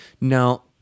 Now